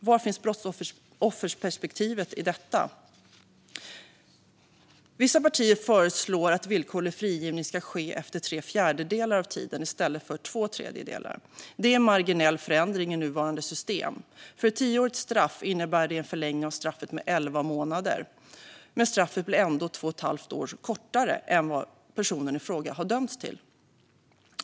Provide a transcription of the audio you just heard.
Var finns brottsofferperspektivet i detta? Vissa partier föreslår att villkorlig frigivning ska ske efter tre fjärdedelar av tiden i stället för två tredjedelar. Det är en marginell förändring av nuvarande system. För ett tioårigt straff innebär det en förlängning av straffet med elva månader, men straffet blir ändå två och ett halvt år kortare än vad personen i fråga har dömts till.